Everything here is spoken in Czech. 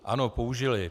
Ano, použili.